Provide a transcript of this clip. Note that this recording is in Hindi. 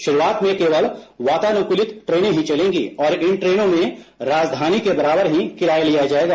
शुरुआत में केवल वातानुकूलित ट्रेनें चलेंगी और इन ट्रेनों में राजधानी के बराबर ही किराया लिया जाएगा